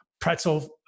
pretzel